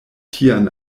tian